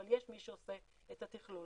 אבל יש מי שעושה את התכלול.